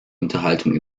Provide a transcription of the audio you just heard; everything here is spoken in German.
unterhaltung